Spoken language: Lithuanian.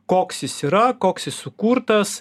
koks jis yra koks jis sukurtas